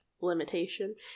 limitation